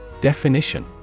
Definition